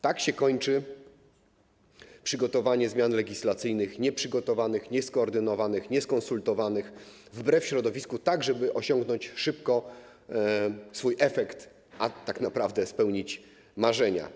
Tak się kończy wprowadzanie zmian legislacyjnych nieprzygotowanych, nieskoordynowanych, nieskonsultowanych, wbrew środowisku, tak żeby osiągnąć szybko zamierzony efekt, a tak naprawdę spełnić marzenia.